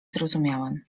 zrozumiałem